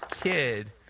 kid